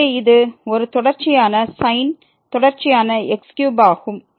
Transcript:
எனவே இது ஒரு தொடர்ச்சியான sin தொடர்ச்சியான x3ஆகும்